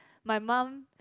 my mum